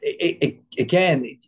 Again